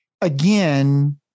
again